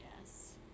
Yes